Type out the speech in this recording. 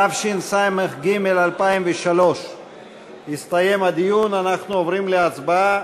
התשס"ג 2003. הסתיים הדיון, ואנחנו עוברים להצבעה.